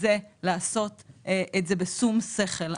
זה לעשות את זה בשום שכל.